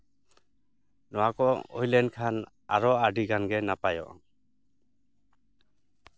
ᱱᱚᱣᱟ ᱠᱚ ᱦᱩᱭᱞᱮᱱᱠᱷᱟᱱ ᱟᱨᱚ ᱟᱹᱰᱤ ᱜᱟᱱᱜᱮ ᱱᱟᱯᱟᱭᱚᱜᱼᱟ